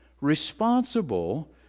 responsible